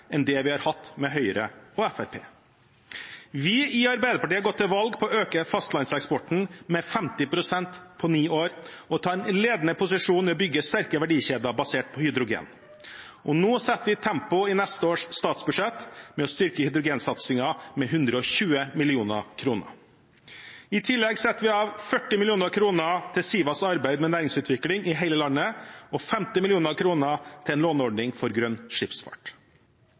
enn det vi har hatt med Høyre og Fremskrittspartiet. Vi i Arbeiderpartiet har gått til valg på å øke fastlandseksporten med 50 pst. på ni år og ta en ledende posisjon med å bygge sterke verdikjeder basert på hydrogen, og nå setter vi opp tempoet i neste års statsbudsjett ved å styrke hydrogensatsingen med 120 mill. kr. I tillegg setter vi av 40 mill. kr til Sivas arbeid med næringsutvikling i hele landet og 50 mill. kr til en låneordning for grønn skipsfart.